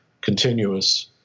continuous